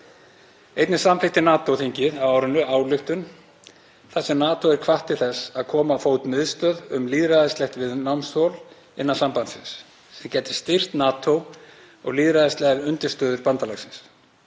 Einnig samþykkti NATO-þingið á árinu ályktun þar sem NATO er hvatt til þess að koma á fót miðstöð um lýðræðislegt viðnámsþol innan sambandsins, sem geti styrkt NATO og lýðræðislegar undirstöður bandalagsins.